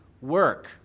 work